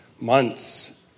months